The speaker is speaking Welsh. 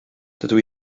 dydw